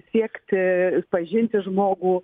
siekti pažinti žmogų